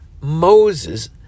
Moses